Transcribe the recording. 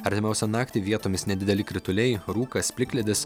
artimiausią naktį vietomis nedideli krituliai rūkas plikledis